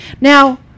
Now